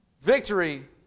victory